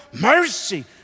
mercy